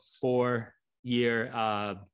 four-year